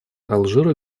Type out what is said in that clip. алжира